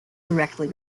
directly